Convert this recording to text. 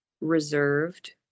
reserved